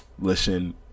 listen